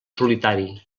solitari